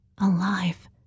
Alive